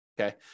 Okay